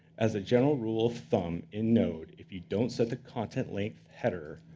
as a general rule of thumb in node, if you don't set the content-length header,